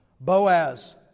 Boaz